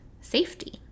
safety